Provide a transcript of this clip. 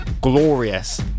glorious